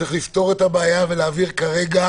צריך לפתור את הבעיה ולהעביר כרגע